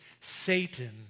Satan